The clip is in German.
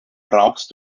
brauchst